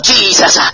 Jesus